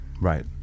right